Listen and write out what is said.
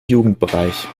jugendbereich